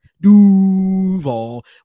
Duval